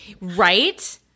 Right